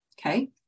Okay